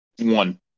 One